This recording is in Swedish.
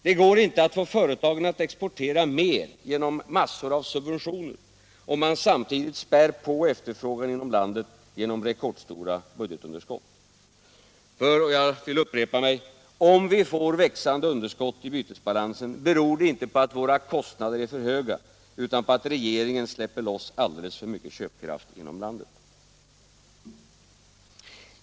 Det går inte att få företagen att exportera mer genom massor av subventioner, om man samtidigt spär på efterfrågan inom landet genom rekordstora budgetunderskott. För — jag vill upprepa det — om vi får växande underskott i bytesbalansen beror det inte på att våra kostnader är för höga utan på att regeringen släpper loss alldeles för mycket köpkraft inom landet.